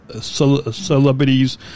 celebrities